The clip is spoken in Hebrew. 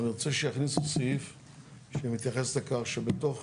אני רוצה שיכניסו סעיף שמתייחס לכך שבתוך